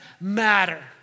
matter